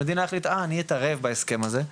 המדינה החליטה אה אני אתערב בהסכם הזה,